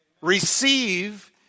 receive